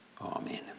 Amen